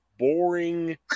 Boring